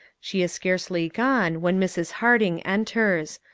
she is scarcely gone when mrs. harding enters.